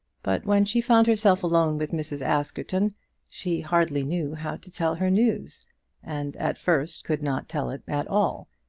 but when she found herself alone with mrs. askerton she hardly knew how to tell her news and at first could not tell it at all,